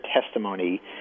testimony